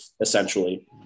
essentially